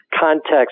context